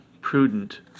prudent